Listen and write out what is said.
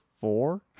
four